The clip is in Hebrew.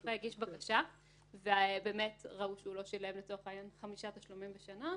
הזוכה הגיש בקשה וראו שהוא לא שילם לצורך העניין חמישה תשלומים בשנה,